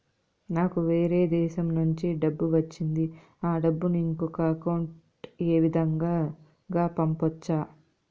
నాకు వేరే దేశము నుంచి డబ్బు వచ్చింది ఆ డబ్బును ఇంకొక అకౌంట్ ఏ విధంగా గ పంపొచ్చా?